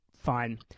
Fine